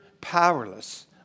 powerless